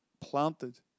planted